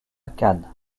cannes